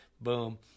boom